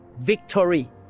victory